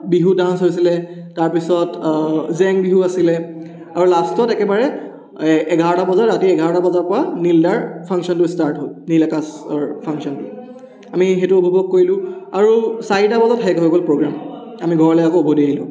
Bihu dance হৈছিলে তাৰপিছত জেং বিহু আছিলে আৰু লাষ্টত একেবাৰে এঘাৰটা বজাত ৰাতি এঘাৰটা বজাৰ পৰা নীল দাৰ ফাংশ্যনটো ষ্টাৰ্ট হ'ল নীল আকাশৰ ফাংশ্যনটো আমি সেইটো উপভোগ কৰিলোঁ আৰু চাৰিটা বজাত শেষ হৈ গ'ল প্ৰ'গ্ৰাম আমি ঘৰলৈ আকৌ উভতি আহিলোঁ